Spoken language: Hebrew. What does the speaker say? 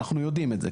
אנחנו יודעים את זה,